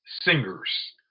singers